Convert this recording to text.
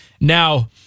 Now